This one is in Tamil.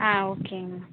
ஆ ஓகேங்ம்மா